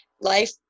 life